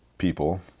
people